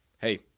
hey